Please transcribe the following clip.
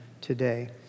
today